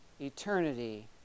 eternity